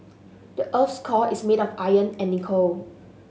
the earth's core is made of iron and nickel